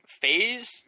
phase